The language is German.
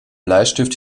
bleistift